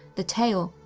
the tale,